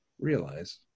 Realize